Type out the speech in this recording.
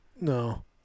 No